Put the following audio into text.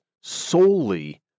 solely